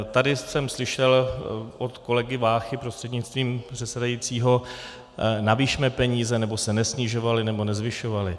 Tady jsem slyšel od kolegy Váchy prostřednictvím předsedajícího: navyšme peníze, nesnižovaly nebo nezvyšovaly se.